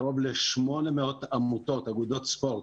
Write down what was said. קרוב ל-800 עמותות, אגודות ספורט,